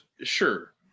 sure